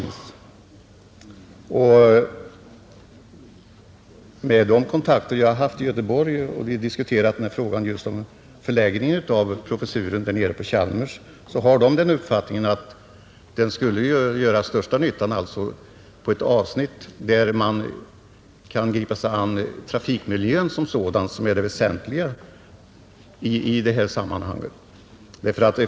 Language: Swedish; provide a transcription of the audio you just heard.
När jag med de kontakter jag har i Göteborg diskuterat bl, a. frågan om förläggningen av professuren till Chalmers har man haft uppfattningen att professuren skulle göra den största nyttan på ett avsnitt där man kunde gripa sig an trafikmiljön som sådan. Detta är det väsentliga i det här sammanhanget.